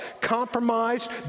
compromised